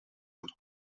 moet